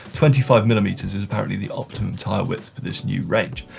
twenty five millimeters is apparently the optimum tire width to this new range.